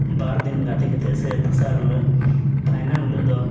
ᱵᱟᱨ ᱫᱤᱱ ᱜᱟᱛᱮ ᱠᱟᱛᱮᱫ ᱥᱮ ᱫᱚᱥᱟᱨ ᱦᱤᱞᱳᱜ ᱯᱷᱟᱭᱱᱟᱞ ᱦᱤᱞᱳᱜ ᱫᱚ